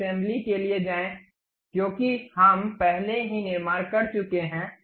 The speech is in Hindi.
अब असेंबली के लिए जाएं क्योंकि हम पहले ही निर्माण कर चुके हैं